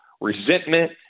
resentment